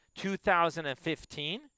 2015